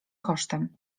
kosztem